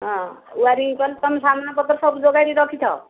ହଁ ୱାରିଙ୍ଗ କ'ଣ ତମ ସମାନ ପତ୍ର ସବୁ ଜୋଗାଡ଼ିକି ରଖିଥାଅ